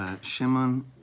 Shimon